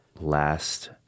last